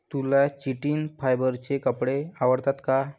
तुला चिटिन फायबरचे कपडे आवडतात का?